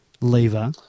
Lever